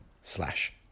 slash